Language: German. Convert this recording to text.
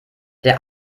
der